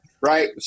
right